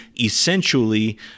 essentially